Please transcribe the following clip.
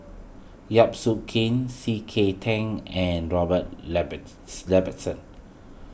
Yap Su Kin C K Tang and Robert Ibbetson